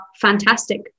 fantastic